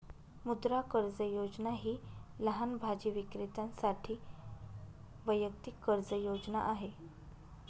मुद्रा कर्ज योजना ही लहान भाजी विक्रेत्यांसाठी वैयक्तिक कर्ज योजना आहे